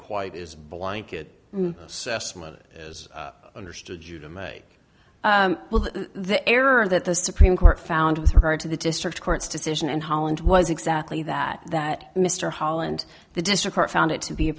quite is blanket assessment is understood you to make the error that the supreme court found with regard to the district court's decision in holland was exactly that that mr holland the district found it to be a